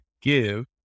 give